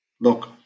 Look